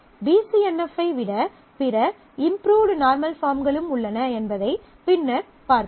B C N F I விட பிற improved normal பார்ம்களும் உள்ளன என்பதைப் பின்னர் பார்ப்போம்